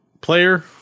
player